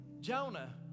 Jonah